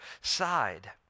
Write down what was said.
side